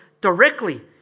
directly